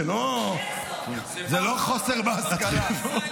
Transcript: זה לא חוסר בהשכלה.